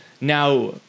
Now